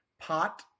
pot